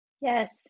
Yes